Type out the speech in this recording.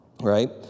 right